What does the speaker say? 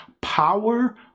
power